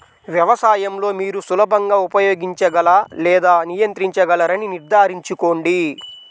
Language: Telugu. వ్యవసాయం లో మీరు సులభంగా ఉపయోగించగల లేదా నియంత్రించగలరని నిర్ధారించుకోండి